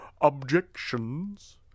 objections